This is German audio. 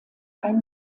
ein